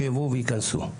שיבואו וייכנסו.